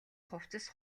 хувцас